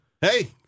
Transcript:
Hey